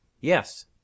Yes